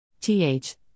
Th